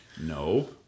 No